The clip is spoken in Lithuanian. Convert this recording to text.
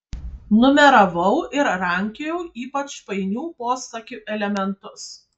numeravau ir rankiojau ypač painių posakių elementus